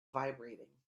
vibrating